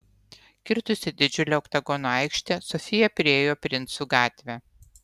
kirtusi didžiulę oktagono aikštę sofija priėjo princų gatvę